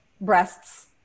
breasts